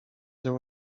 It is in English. there